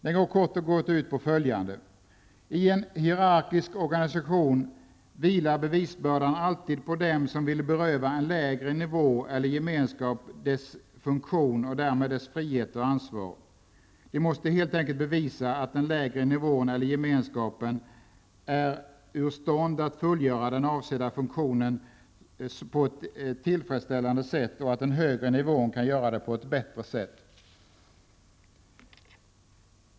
Den går kort och gott ut på följande: I en hierarkisk organisation vilar bevisbördan alltid på dem som vill beröva en lägre nivå eller gemenskap dess funktion och därmed dess frihet och ansvar; de måste helt enkelt bevisa att den lägre nivån eller gemenskapen är ur stånd att fullgöra den avsedda funktionen på ett tillfredsställande sätt och att den högre nivån kan göra det på ett bättre sätt.